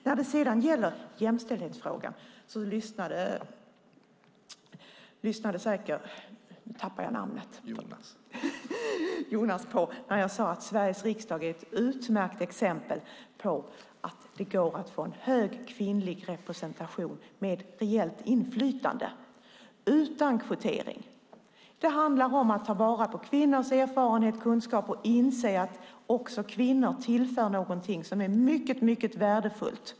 När det gäller jämställdhetsfrågan hörde Jonas Gunnarsson säkert att jag sade att Sveriges riksdag är ett utmärkt exempel på att det går att få hög kvinnlig representation, med reellt inflytande, utan kvotering. Det handlar om att ta vara på kvinnors erfarenhet och kunskap och inse att kvinnor tillför någonting som är mycket värdefullt.